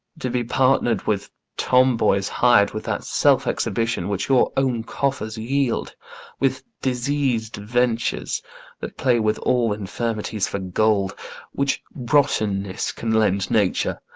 to be partner'd with tomboys hir'd with that self exhibition which your own coffers yield with diseas'd ventures that play with all infirmities for gold which rottenness can lend nature!